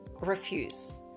refuse